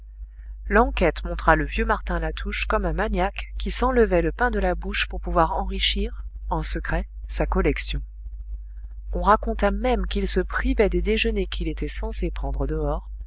l'enquête montra le vieux martin latouche comme un maniaque qui s'enlevait le pain de la bouche pour pouvoir enrichir en secret sa collection on raconta même qu'il se privait des déjeuners qu'il était censé prendre dehors